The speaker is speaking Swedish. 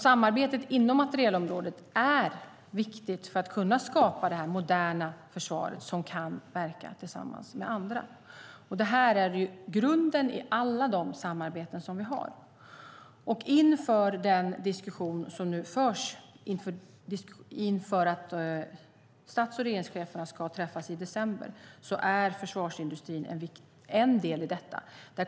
Samarbetet inom materielområdet är viktigt för att kunna skapa det moderna försvaret, som kan verka tillsammans med andra. Det är grunden i alla de samarbeten som vi har. I diskussionen inför att stats och regeringscheferna ska träffas i december är försvarsindustrin en del.